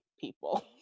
people